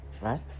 right